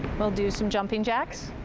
we'll do some jumping jacks,